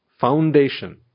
foundation